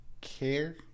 care